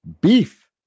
beef